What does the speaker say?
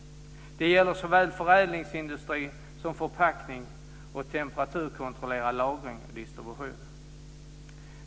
Det gäller såväl förädlingsindustrin som förpackning och temperaturkontrollerad lagring och distribution.